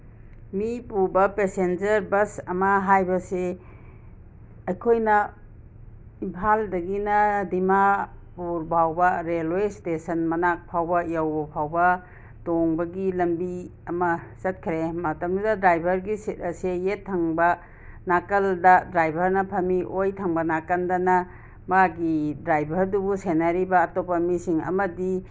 ꯃꯤ ꯄꯨꯕ passenger bus ꯑꯃ ꯍꯥꯏꯕꯁꯤ ꯑꯩꯈꯣꯏꯅ ꯏꯝꯐꯥꯜꯗꯒꯤꯅ ꯗꯤꯃꯥꯄꯨꯔ ꯐꯥꯎꯕ ꯔꯦꯜꯋꯦ ꯏꯁꯇꯦꯁꯟ ꯃꯅꯥꯛ ꯐꯥꯎꯕ ꯌꯧꯕ ꯐꯥꯎꯕ ꯇꯣꯡꯕꯒꯤ ꯂꯝꯕꯤ ꯑꯃ ꯆꯠꯈ꯭ꯔꯦ ꯃꯇꯝꯗꯨꯗ ꯗ꯭ꯔꯥꯏꯚꯔꯒꯤ ꯁꯤꯠ ꯑꯁꯦ ꯌꯦꯠ ꯊꯪꯕ ꯅꯥꯀꯜꯗ ꯗ꯭ꯔꯥꯏꯚꯔꯅ ꯐꯝꯃꯤ ꯑꯣꯏ ꯊꯪꯕ ꯅꯥꯀꯟꯗꯅ ꯃꯥꯒꯤ ꯗ꯭ꯔꯥꯏꯚꯔꯗꯨꯕꯨ ꯁꯦꯟꯅꯔꯤꯕ ꯑꯇꯣꯞꯄ ꯃꯤꯁꯤꯡ ꯑꯃꯗꯤ